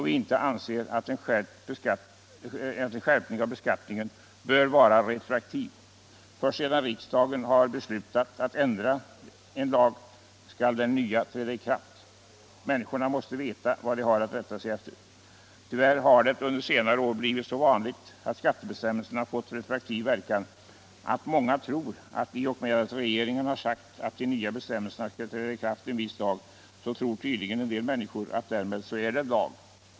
Vi anser att en sådan skärpning av beskattningen inte bör vara retroaktiv. Först sedan riksdagen har beslutat att ändra en lag skall den nya träda i kraft. Människorna måste veta vad de har att rätta sig efter. Tyvärr har det under senare år blivit så vanligt att skattebestämmelserna fått retroaktiv verkan, att många tror att i och med att regeringen har sagt att de nya bestämmelserna skall träda i kraft en viss dag, så är det lag.